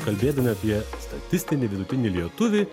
kalbėdami apie statistinį vidutinį lietuvį